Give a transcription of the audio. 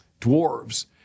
dwarves